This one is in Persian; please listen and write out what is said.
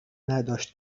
نداشت